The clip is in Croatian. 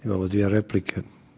Imamo dvije replike.